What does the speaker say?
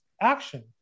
action